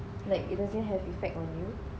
like it doesn't have effect on you